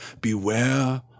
Beware